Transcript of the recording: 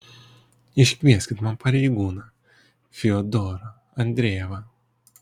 iškvieskit man pareigūną fiodorą andrejevą